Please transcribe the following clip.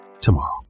tomorrow